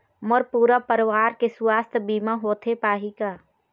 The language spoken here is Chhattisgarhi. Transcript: मोर पूरा परवार के सुवास्थ बीमा होथे पाही का?